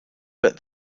but